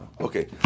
Okay